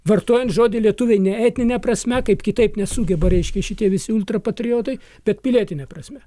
vartojant žodį lietuviai ne etnine prasme kaip kitaip nesugeba reiškia šitie visi ultrapatriotai bet pilietine prasme